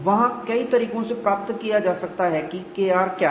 वहां कई तरीकों से प्राप्त किया जा सकता है कि Kr क्या है